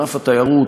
ענף התיירות,